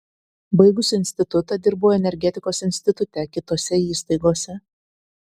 baigusi institutą dirbau energetikos institute kitose įstaigose